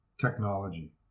technology